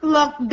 Look